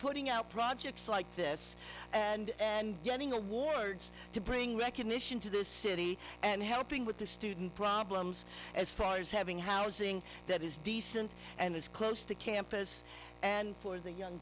putting out projects like this and and getting awards to bring recognition to the city and helping with the student problems as far as having housing that is decent and is close to campus and for the young